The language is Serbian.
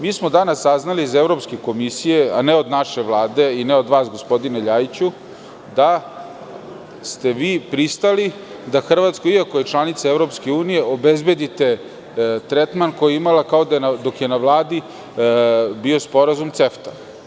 Danas smo saznali od Evropske komisije, a ne od naše Vlade i ne od vas, gospodine Ljajiću, da ste vi pristali da Hrvatskoj, iako je članica EU, obezbedite tretman koji je imala dok je na vladi bio sporazum CEFTA.